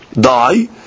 die